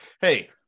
hey